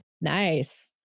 Nice